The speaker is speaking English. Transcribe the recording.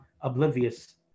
oblivious